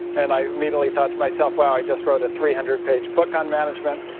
and i immediately thought to myself, wow, i just wrote a three hundred page book on management,